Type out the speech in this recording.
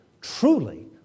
truly